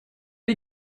die